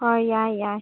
ꯍꯣꯏ ꯌꯥꯏ ꯌꯥꯏ